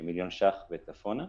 מיליון שקלים וצפונה.